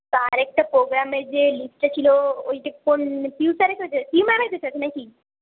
আরেকটা প্রোগ্রামের যে লিস্টটা ছিল ওইটা কোন পিউ স্যারের কাছে পিউ ম্যামের কাছে আছে নাকি